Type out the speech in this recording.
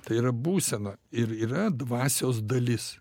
tai yra būsena ir yra dvasios dalis